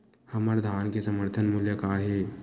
हमर धान के समर्थन मूल्य का हे?